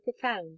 profound